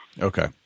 Okay